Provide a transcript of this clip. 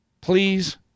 Please